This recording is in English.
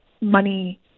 money